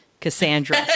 Cassandra